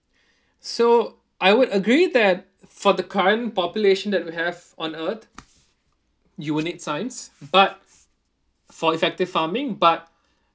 so I would agree that for the current population that we have on earth you will need science but for effective farming but